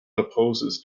opposes